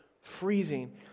freezing